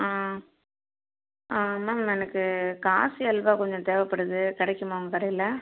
ஆ ஆ மேம் எனக்கு காசி ஆல்வா கொஞ்சம் தேவைப்படுது கிடைக்குமா உங்கள் கடையில்